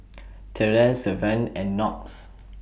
Terrell Savanah and Knox